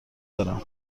دارم